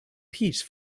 piece